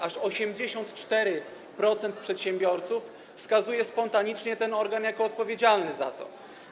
Aż 84% przedsiębiorców wskazuje spontanicznie ten organ jako odpowiedzialny za tę ochronę.